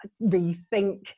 rethink